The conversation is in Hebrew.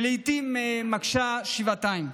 שלעיתים מקשה שבעתיים.